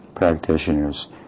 practitioners